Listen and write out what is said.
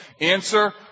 Answer